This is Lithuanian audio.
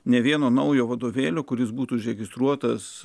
ne vieno naujo vadovėlio kuris būtų užregistruotas